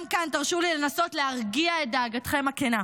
גם כאן, תרשו לי לנסות להרגיע את דאגתכם הכנה.